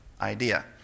idea